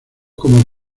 como